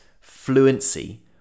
fluency